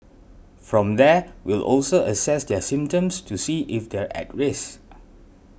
from there we'll also assess their symptoms to see if they're at risk